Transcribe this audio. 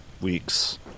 weeks